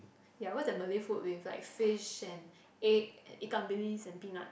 ya what's that Malay food with like fish and egg and ikan bilis and peanuts